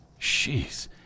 Jeez